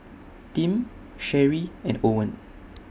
Tim Sherree and Owen